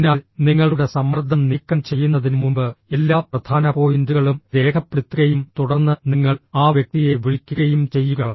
അതിനാൽ നിങ്ങളുടെ സമ്മർദ്ദം നീക്കം ചെയ്യുന്നതിനുമുമ്പ് എല്ലാ പ്രധാന പോയിന്റുകളും രേഖപ്പെടുത്തുകയും തുടർന്ന് നിങ്ങൾ ആ വ്യക്തിയെ വിളിക്കുകയും ചെയ്യുക